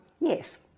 Yes